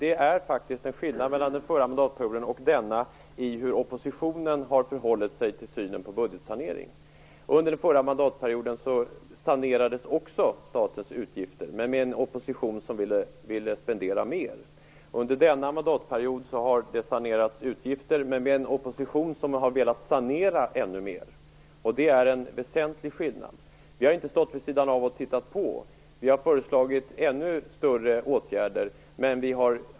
Det är faktiskt en skillnad mellan den förra mandatperioden och denna i hur oppositionen har förhållit sig till synen på budgetsanering. Under den förra mandatperioden sanerades också statens utgifter, men med en opposition som ville spendera mer. Under denna mandatperiod har det sanerats utgifter, men med en opposition som har velat sanera ännu mer, och det är en väsentlig skillnad.